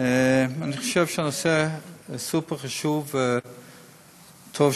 אני חושב שהנושא הוא סופר-חשוב, וטוב